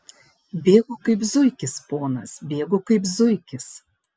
bėgu kaip zuikis ponas bėgu kaip zuikis